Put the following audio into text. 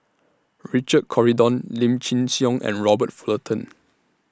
Richard Corridon Lim Chin Siong and Robert Fullerton